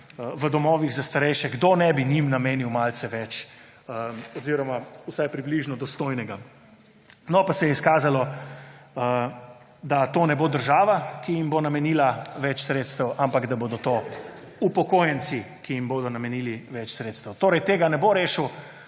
v domovih za starejše, kdo ne bi njim namenil malce več oziroma vsaj približno dostojnega? No, pa se je izkazalo, da to ne bo država, ki jim bo namenila več sredstev, ampak da bodo to upokojenci, ki jim bodo namenili več sredstev. Torej, tega ne bo rešil